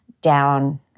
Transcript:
down